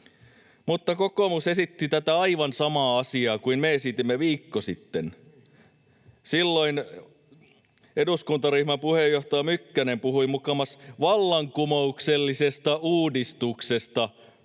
sitten kokoomus esitti tätä aivan samaa asiaa kuin me esitimme. Silloin eduskuntaryhmän puheenjohtaja Mykkänen puhui mukamas vallankumouksellisesta uudistuksesta,